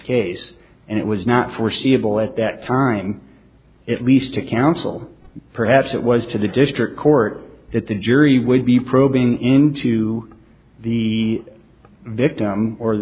case and it was not foreseeable at that time at least to counsel perhaps it was to the district court that the jury would be probing into the victim or